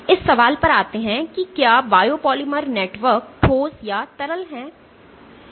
इस सवाल पर आते हैं कि क्या बायोपॉलिमर नेटवर्क ठोस या तरल है